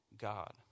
God